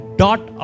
dot